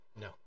No